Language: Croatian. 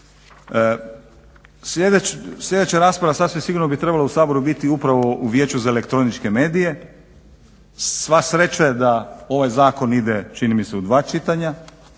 Sljedeća rasprava sasvim sigurno bi trebala u Saboru biti upravo o Vijeću za elektroničke medije. Sva sreća da ovaj zakon ide čini mi se u dva čitanja